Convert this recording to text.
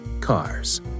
cars